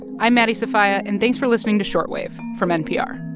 i'm maddie sofia, and thanks for listening to short wave from npr